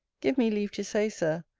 give me leave to say, sir,